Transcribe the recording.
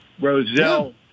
Roselle